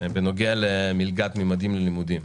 בנוגע למלגת "ממדים ללימודים".